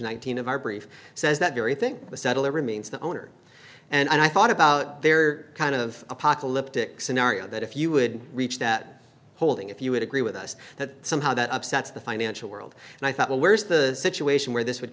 nineteen of our brief says that very thing to settle it remains the owner and i thought about their kind of apocalyptic scenario that if you would reach that holding if you would agree with us that somehow that upsets the financial world and i thought well where's the situation where this would